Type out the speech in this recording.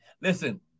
Listen